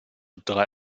drei